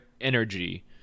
energy